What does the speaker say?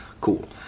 Cool